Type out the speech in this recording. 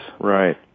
Right